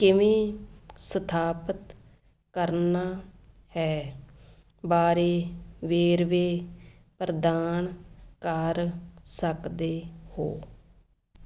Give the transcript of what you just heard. ਕਿਵੇਂ ਸਥਾਪਿਤ ਕਰਨਾ ਹੈ ਬਾਰੇ ਵੇਰਵੇ ਪ੍ਰਦਾਨ ਕਰ ਸਕਦੇ ਹੋ